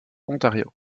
ontario